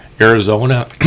Arizona